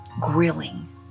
grilling